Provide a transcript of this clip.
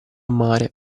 mare